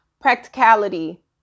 practicality